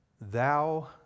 Thou